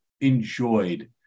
enjoyed